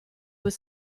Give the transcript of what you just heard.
was